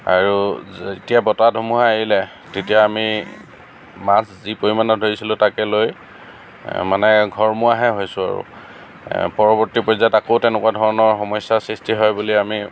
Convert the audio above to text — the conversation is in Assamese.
আৰু যেতিয়া বতাহ ধুমুহা এৰিলে তেতিয়া আমি মাছ যি পৰিমাণৰ ধৰিছিলোঁ তাকে লৈ মানে ঘৰমুৱাহে হৈছোঁ আৰু পৰৱৰ্তী পৰ্য্যায়ত আকৌ তেনেকুৱা ধৰণৰ সমস্যা সৃষ্টি হয় বুলি আমি